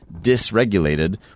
dysregulated